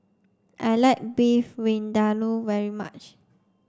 I like Beef Vindaloo very much